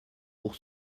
pour